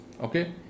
okay